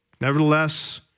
Nevertheless